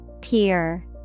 Peer